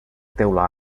teula